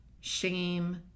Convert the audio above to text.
shame